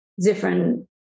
different